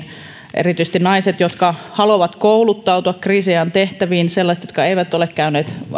erityisesti sellaisille naisille jotka haluavat kouluttautua kriisiajan tehtäviin ja jotka eivät ole käyneet